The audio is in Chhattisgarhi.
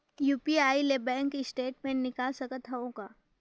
यू.पी.आई ले बैंक स्टेटमेंट निकाल सकत हवं का?